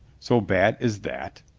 so bad as that?